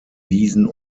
wiesen